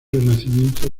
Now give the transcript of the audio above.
renacimiento